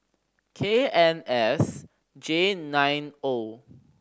K N S J nine O